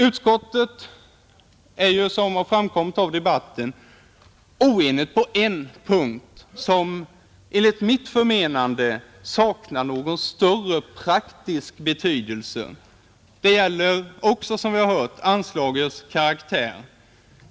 Utskottet är, som har framgått av debatten, oenigt på en punkt som enligt mitt förmenande saknar någon större praktisk betydelse, Det gäller, som vi också har hört, anslagets karaktär.